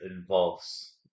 involves